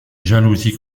jalousie